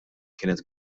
kienet